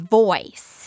voice